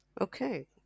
Okay